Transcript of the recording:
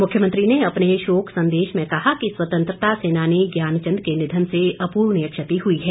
मुख्यमंत्री ने अपने शोक संदेश में कहा कि स्वतंत्रता सेनानी ज्ञान चंद के निधन से अपूर्णीय क्षति हुई हैं